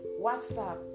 WhatsApp